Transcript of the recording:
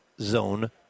Zone